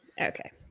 Okay